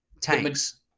Tanks